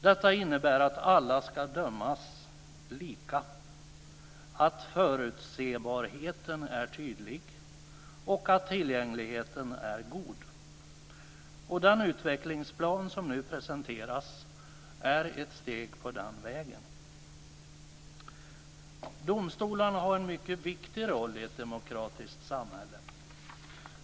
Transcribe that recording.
Detta innebär att alla ska dömas lika, att förutsebarheten är tydlig och att tillgängligheten är god. Den utvecklingsplan som nu presenteras är ett steg på den vägen. Domstolarna har en mycket viktig roll i ett demokratiskt samhälle.